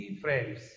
friends